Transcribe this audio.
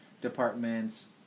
departments